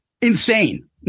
Insane